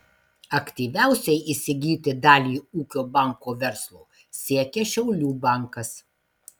aktyviausiai įsigyti dalį ūkio banko verslo siekia šiaulių bankas